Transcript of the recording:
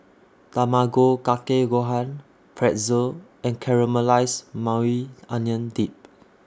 Tamago Kake Gohan Pretzel and Caramelized Maui Onion Dip